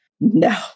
No